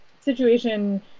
situation